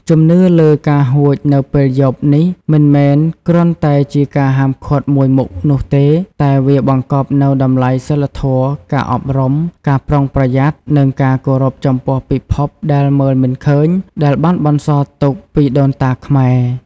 ជំនឿលើការហួចនៅពេលយប់នេះមិនមែនគ្រាន់តែជាការហាមឃាត់មួយមុខនោះទេ តែវាបង្កប់នូវ តម្លៃសីលធម៌ ការអប់រំ ការប្រុងប្រយ័ត្ន និងការគោរពចំពោះពិភពដែលមើលមិនឃើញ ដែលបានបន្សល់ទុកពីដូនតាខ្មែរ។